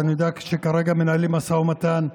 ואני יודע שכרגע מנהלים משא ומתן,